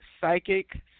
psychic